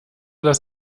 dass